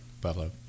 Buffalo